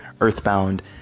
Earthbound